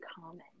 common